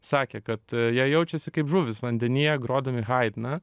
sakė kad jie jaučiasi kaip žuvys vandenyje grodami haidną